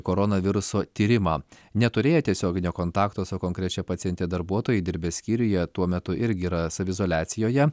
koronaviruso tyrimą neturėję tiesioginio kontakto su konkrečia paciente darbuotojai dirbę skyriuje tuo metu irgi yra saviizoliacijoje